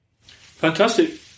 Fantastic